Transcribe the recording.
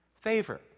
favor